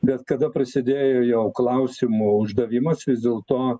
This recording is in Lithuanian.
bet kada prasidėjo jau klausimų uždavimas vis dėlto